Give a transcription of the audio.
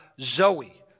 Zoe